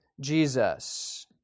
Jesus